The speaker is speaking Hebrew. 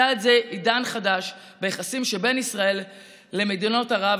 צעד זה הוא עידן חדש ביחסים שבין ישראל למדינות ערב,